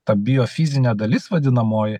ta biofizinė dalis vadinamoji